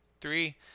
three